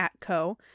ATCO